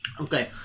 Okay